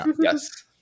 yes